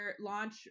launch